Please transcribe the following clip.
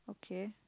okay